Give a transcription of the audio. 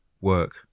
work